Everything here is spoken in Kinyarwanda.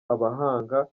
abahanga